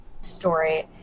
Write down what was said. story